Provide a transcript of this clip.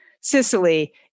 Sicily